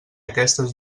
aquestes